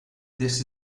this